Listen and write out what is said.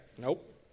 Nope